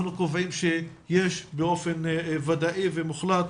אנחנו קובעים שיש באופן ודאי ומוחלט